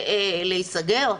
להיסגר?